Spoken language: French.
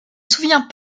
souviens